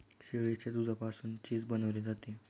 शेळीच्या दुधापासून चीज बनवले जाते